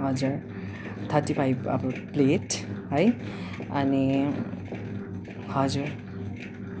हजुर thirty five अब plate है अनि हजुर